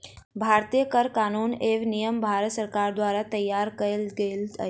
भारतीय कर कानून एवं नियम भारत सरकार द्वारा तैयार कयल गेल अछि